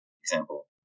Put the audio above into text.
example